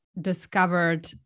discovered